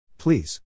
Please